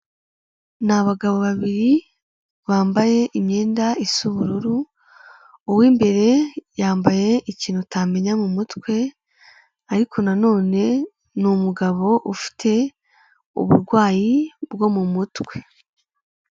Ni abagabo babiri bambaye imyenda isa ubururu, uw'imbere yambaye ikintu utamenya mu mutwe, ariko nanone ni umugabo ufite uburwayi bwo mu mutwe.